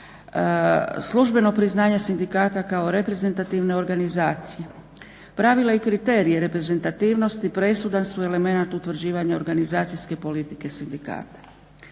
službeno priznanje sindikata kao reprezentativne organizacije. Pravila i kriteriji reprezentativnosti presudan su element utvrđivanja organizacijske politike sindikata.